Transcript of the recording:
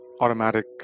automatic